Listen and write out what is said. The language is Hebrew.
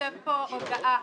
תיכתב פה "הודעה"